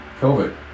COVID